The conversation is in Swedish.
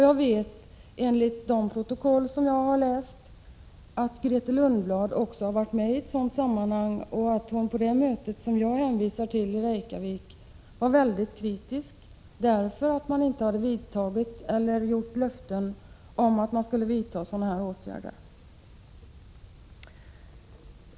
Jag vet — efter att ha läst protokoll — att också Grethe Lundblad har varit med i detta sammanhang och att hon på det möte i Reykjavik som jag hänvisat till var väldigt kritisk, därför att man inte hade vidtagit sådana här åtgärder och därför att man inte heller hade avgett några löften i det avseendet.